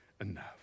enough